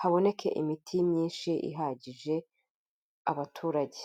haboneke imiti myinshi ihagije abaturage.